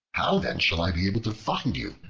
how then shall i be able to find you,